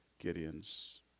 Gideon's